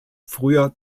früher